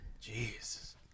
Jesus